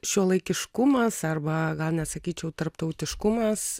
šiuolaikiškumas arba gal net sakyčiau tarptautiškumas